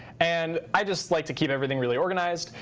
and i just like to keep everything really organized.